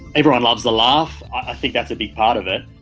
everyone loves a laugh, i think that's a big part of it,